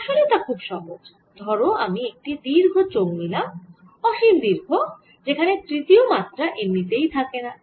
আসলে তা খুব সহজ ধরো আমি একটি দীর্ঘ চোঙ নিলাম অসীম দীর্ঘ যেখানে তৃতীয় মাত্রা এমনিতেই থাকেনা